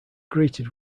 greeted